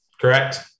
Correct